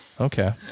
Okay